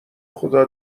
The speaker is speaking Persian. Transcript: خدا